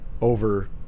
over